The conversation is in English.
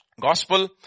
gospel